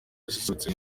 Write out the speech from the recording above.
yaserutse